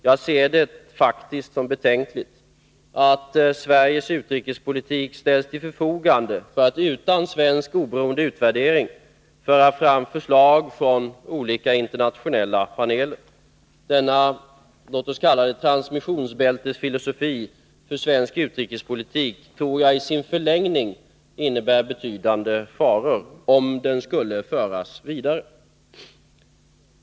Jag ser det som betänkligt att Sveriges utrikespolitik ställs till förfogande för att utan svensk oberoende utvärdering föra fram förslag från olika internationella paneler. Denna transmissionsbältesfilosofi för svensk utrikespolitik innebär i sin förlängning betydande faror.